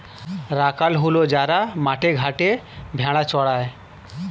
রাখাল হল যারা মাঠে ঘাটে ভেড়া চড়ায়